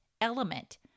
element